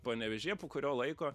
panevėžyje po kurio laiko